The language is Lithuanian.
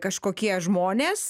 kažkokie žmonės